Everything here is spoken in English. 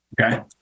Okay